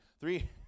Three